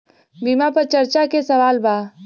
बीमा पर चर्चा के सवाल बा?